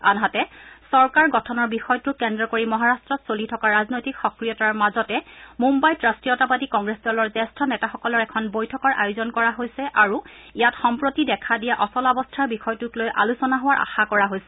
আনহাতে চৰকাৰ গঠনৰ বিষয়টোক কেন্দ্ৰ কৰি মহাৰাট্টত চলি থকা ৰাজনৈতিক সক্ৰিয়তাৰ মাজতে মুঘ়ইত ৰাষ্ট্ৰীয়তাবাদী কংগ্ৰেছ দলৰ জ্যেষ্ঠ নেতাসকলৰ এখন বৈঠকৰ আয়োজন কৰা হৈছে আৰু ইয়াত সম্প্ৰতি দেখা দিয়া অচলাৱস্থাৰ বিষয়টোক লৈ আলোচনা হোৱাৰ আশা কৰা হৈছে